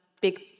big